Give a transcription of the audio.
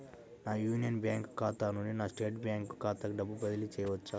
నా Union Bank ఖాతా నుండి నా స్టేట్ బ్యాంకు ఖాతాకి డబ్బు బదిలి చేయవచ్చా?